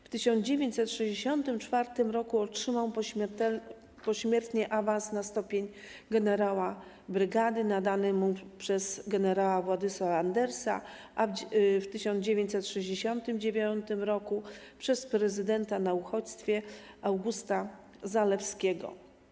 W 1964 r. otrzymał pośmiertnie awans na stopień generała brygady nadany mu przez gen. Władysława Andersa, a w 1969 r. przez prezydenta na uchodźstwie Augusta Zalewskiego.